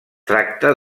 tracta